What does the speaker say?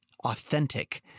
authentic